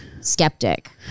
skeptic